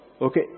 Okay